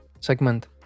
Segment